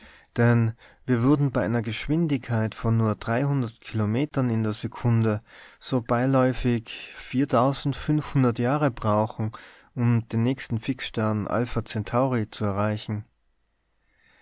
denn wir würden bei einer geschwindigkeit von nur kilometern in der sekunde so beiläufig jahre brauchen um den nächsten fixstern alpha centauri zu erreichen